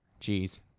Jeez